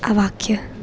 આ વાક્ય